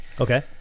Okay